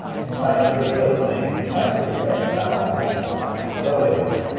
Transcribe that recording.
and try to create those things and try to forget about all the technical side, although it is important.